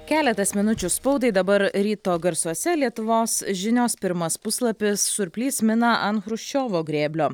keletas minučių spaudai dabar ryto garsuose lietuvos žinios pirmas puslapis surplys mina ant chruščiovo grėblio